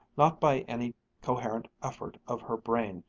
not by any coherent effort of her brain,